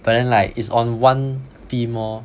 but then like is on one theme lor